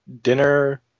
dinner